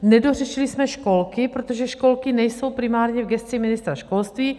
Nedořešili jsme školky, protože školky nejsou primárně v gesci ministra školství.